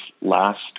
last